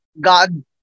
God